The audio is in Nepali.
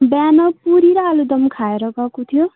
बिहान पुरी र आलुदम खाएर गएको थियो